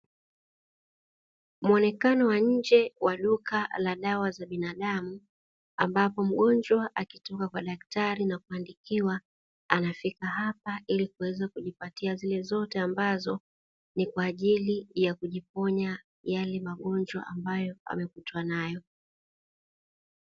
Muonekano wa nje wa duka la dawa za binadamu ambapo mgonjwa akitoka kwa daktari na kuandikiwa, anafika hapa ili kuweza kujipatia zile zote ambazo ni kwa ajili ya kujiponya yale magonjwa ambayo amekutwa nayo.